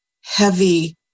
heavy